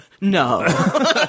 no